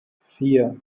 vier